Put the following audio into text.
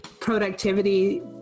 productivity